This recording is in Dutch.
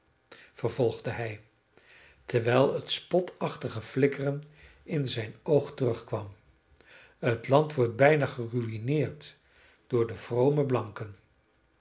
vervolgde hij terwijl het spotachtige flikkeren in zijn oog terugkwam het land wordt bijna geruïneerd door de vrome blanken